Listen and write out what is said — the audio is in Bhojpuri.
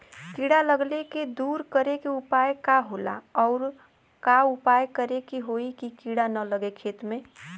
कीड़ा लगले के दूर करे के उपाय का होला और और का उपाय करें कि होयी की कीड़ा न लगे खेत मे?